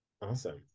Awesome